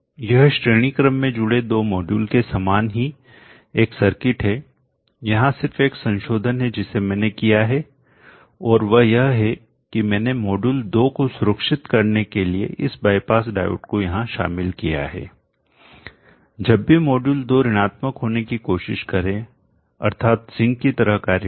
यह श्रेणी क्रम में जुड़े दो मॉड्यूल के समान ही एक सर्किट है यहां सिर्फ एक संशोधन है जिसे मैंने किया है और वह यह है कि मैंने मॉड्यूल 2 को सुरक्षित करने के लिए इस बाईपास डायोड को यहाँ शामिल किया है जब भी मॉड्यूल 2 ऋणात्मक होने की कोशिश करें अर्थात सिंक की तरह कार्य करें